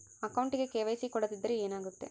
ಅಕೌಂಟಗೆ ಕೆ.ವೈ.ಸಿ ಕೊಡದಿದ್ದರೆ ಏನಾಗುತ್ತೆ?